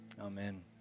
Amen